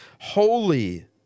holy